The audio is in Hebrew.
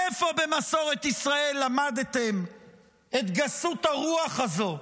איפה במסורת ישראל למדתם את גסות הרוח הזו,